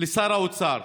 לשר האוצר,